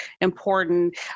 important